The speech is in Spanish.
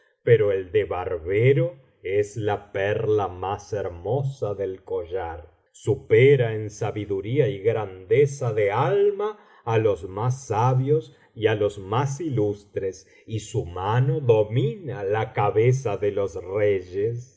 pero el de barbero es la perla más hermosa del collar supera en sabiduría y grandeza de alma á los más sabios y á los más ilustres y su mano domina la cabeza de los retesh